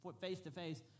face-to-face